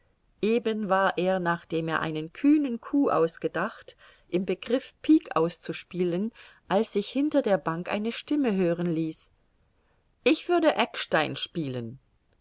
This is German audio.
eben war er nachdem er einen kühnen coup ausgedacht im begriff pique auszuspielen als sich hinter der bank eine stimme hören ließ ich würde eckstein spielen